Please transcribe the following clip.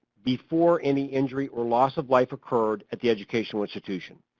before any injury or loss of life occurred at the educational institution.